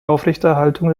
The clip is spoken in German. aufrechterhaltung